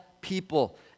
people